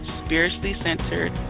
spiritually-centered